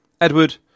Edward